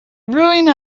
ruin